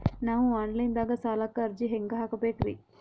ನಾವು online ದಾಗ ಸಾಲಕ್ಕ ಅರ್ಜಿ ಹೆಂಗ ಹಾಕಬೇಕ್ರಿ?